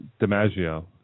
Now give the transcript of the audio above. DiMaggio